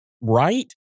right